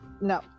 No